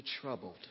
troubled